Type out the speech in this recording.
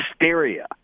hysteria